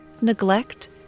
neglect